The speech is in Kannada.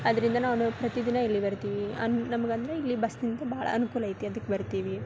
ಅದರಿಂದ ನಾನು ಪ್ರತಿದಿನ ಇಲ್ಲಿ ಬರ್ತೀವಿ ಅನ್ ನಮ್ಗಂದರೆ ಇಲ್ಲಿ ಬಸ್ ನಿಂತರೆ ಬಹಳ ಅನುಕೂಲೈತಿ ಅದಕ್ಕೆ ಬರ್ತೀವಿ